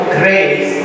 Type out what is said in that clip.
grace